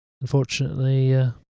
Unfortunately